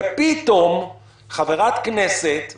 ופתאום חברת כנסת מדהימה,